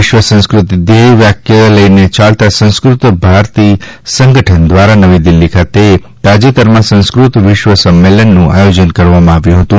વિશ્વે સંસ્કૃત ધ્યેય વાકય લઇને ચાલતા સંસ્કૃત ભારતી સંગઠન દ્વારા નવી દિલ્લી ખાતે તાજેતરમાં સંસ્ક્રત વિશ્વસંમેલનનું આયોજન કરવામાં આવ્યું હતું